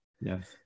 Yes